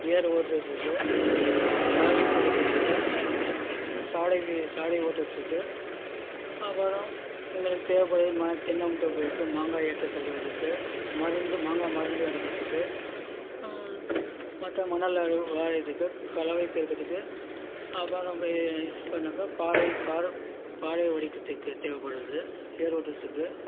ஏர் ஓட்டுறதுக்கு கலவை பெருக்கிறதுக்கு சாடை வி சாடை ஓட்டுறதுக்கு அப்புறம் எங்களுக்கு தேவைப்படுறது மா தென்னந்தோப்பு இருக்கு மாங்காய் ஏற்ற சொல்வதற்கு மருந்து மாங்காய் மருந்து அடிக்கிறதுக்கு மற்ற மணல் அளவு கலவை பெருக்கத்துக்கு அப்புறம் பெ பாறை காரம் பாறை உடைக்கிறதுக்கு தேவைப்படுது ஏர் ஓட்டுறதுக்கு